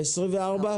24?